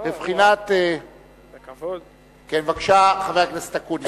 כן, בבקשה, חבר הכנסת אקוניס.